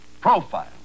profile